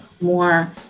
More